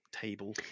table